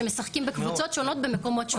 שמשחקים בקבוצות שונות במקומות שונים.